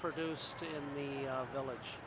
produced in the village